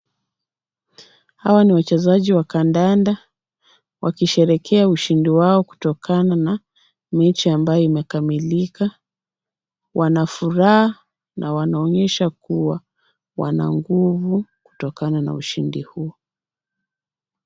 Hawa ni wachezaji wa kandanda wakisherehekea ushindi wao kutokana na mechi ambayo imekamilika. Wana furaha na wanaonyesha kuwa wana nguvu kutokana na ushindi huo.